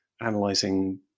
analyzing